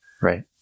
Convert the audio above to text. Right